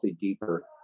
deeper